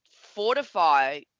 fortify